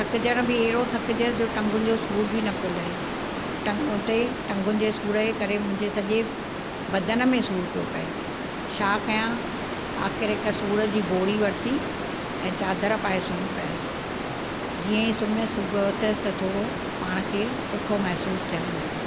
थकिजण बि अहिड़ो थकिजे जो टंगुनि जो सूर बि न पियो लहे उते टंगुनि जे सूर जे करे मुंहिंजे सॼे बदन में सूर पियो पए छा कयां आख़िर हिकु सूर जी गोरी वरिती ऐं चादर पाए सुम्ह पियसि जीअं ई सुम्हियसि सुबुह जो उथियसि त थोरो पाण खे सुठो महिसूसु थियणु लॻो